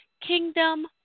Kingdom